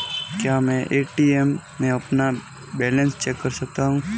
क्या मैं ए.टी.एम में अपना बैलेंस चेक कर सकता हूँ?